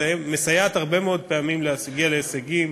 מסייעת הרבה מאוד פעמים להגיע להישגים.